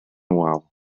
wal